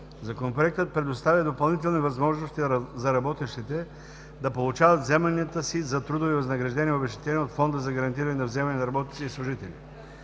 Законопроектът предоставя допълнителни възможности за работещите да получат вземанията си за трудови възнаграждения и обезщетения от Фонда за гарантиране на вземанията на работници и служители.